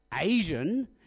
Asian